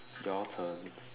your turn